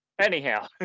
Anyhow